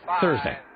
Thursday